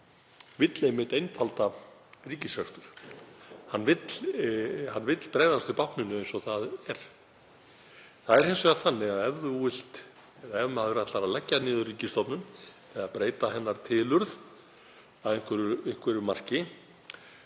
vill einmitt einfalda ríkisrekstur. Hann vill bregðast við bákninu eins og það er. Það er hins vegar þannig að ef maður ætlar að leggja niður ríkisstofnun eða breyta tilurð hennar að einhverju marki